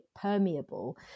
permeable